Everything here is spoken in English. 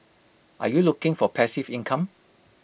are you looking for passive income